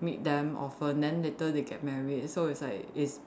meet them often then later they get married so it's like it's